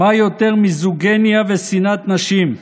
מה יותר מיזוגיניה ושנאת נשים,